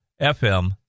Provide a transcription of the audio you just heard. FM